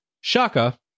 Shaka